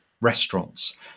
restaurants